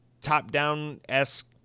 top-down-esque